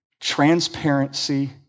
transparency